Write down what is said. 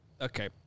Okay